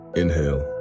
inhale